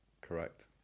correct